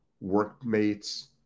workmates